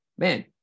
man